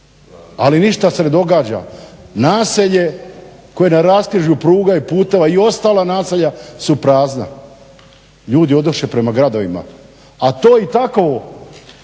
Ali ništa se ne događa. Naselje koje je na raskrižju pruga i puteva i ostala naselja su prazna, ljudi odoše prema gradovima. A to i takvo